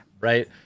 Right